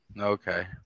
Okay